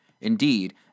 Indeed